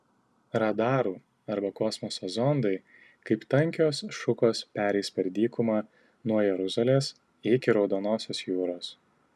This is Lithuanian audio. radarų arba kosmoso zondai kaip tankios šukos pereis per dykumą nuo jeruzalės iki raudonosios jūros